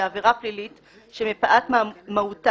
בעבירה פלילית שמפאת מהותה,